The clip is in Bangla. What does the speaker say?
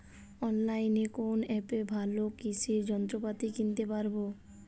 অনলাইনের কোন অ্যাপে ভালো কৃষির যন্ত্রপাতি কিনতে পারবো?